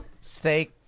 steak